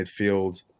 midfield